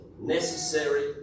necessary